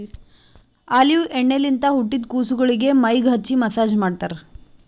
olive ಎಣ್ಣಿಲಿಂತ್ ಹುಟ್ಟಿದ್ ಕುಸಗೊಳಿಗ್ ಮೈಗ್ ಹಚ್ಚಿ ಮಸ್ಸಾಜ್ ಮಾಡ್ತರ್